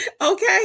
Okay